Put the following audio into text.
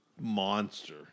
monster